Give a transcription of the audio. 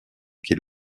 qu’il